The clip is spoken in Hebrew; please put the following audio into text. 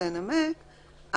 לנמק,